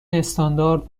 استاندارد